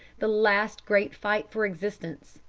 the last great fight for existence.